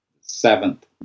seventh